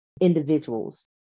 individuals